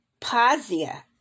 Pazia